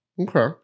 Okay